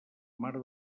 mar